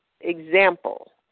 example